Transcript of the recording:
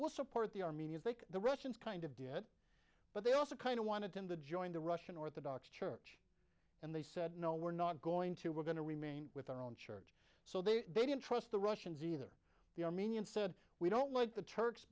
we'll support the armenians like the russians kind of did but they also kind of wanted him to join the russian orthodox church and they said no we're not going to we're going to remain with our own church so they they didn't trust the russians either the armenians said we don't like the turks